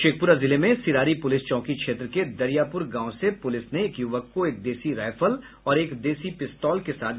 शेखपुरा जिले में सिरारी पुलिस चौकी क्षेत्र के दरियापुर गांव से पुलिस ने एक युवक को एक देशी रायफल और एक देशी पिस्तौल के साथ गिरफ्तार किया है